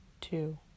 two